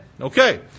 Okay